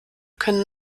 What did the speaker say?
können